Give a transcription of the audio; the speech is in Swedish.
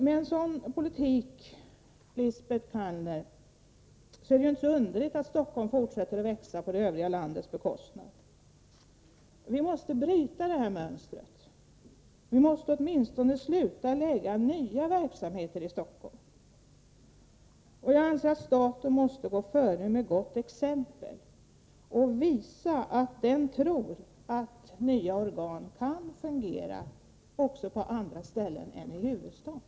Med en sådan politik, Lisbet Calner, är det inte underligt att Stockholm fortsätter att växa på det övriga landets bekostnad. Vi måste bryta detta mönster. Åtminstone måste vi sluta upp med att förlägga nya verksamheter till Stockholm. Jag anser att staten här måste gå före med gott exempel och visa att man tror att nya organ kan fungera också på andra ställen än i huvudstaden.